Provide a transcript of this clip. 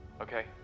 okay